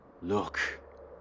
Look